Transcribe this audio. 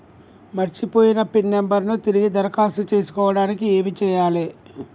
మర్చిపోయిన pin number ను తిరిగి దరఖాస్తు చేసుకోవడానికి ఏమి చేయాలే?